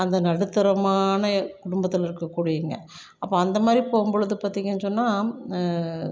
அந்த நடுத்தரமான குடும்பத்தில் இருக்கக்கூடியவங்க அப்போ அந்த மாதிரி போகும்பொழுது பார்த்தீங்கன்னு சொன்னால்